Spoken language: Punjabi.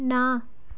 ਨਾ